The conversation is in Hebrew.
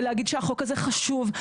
ולהגיד שהחוק הזה חשוב.